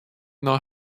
nei